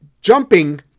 Jumping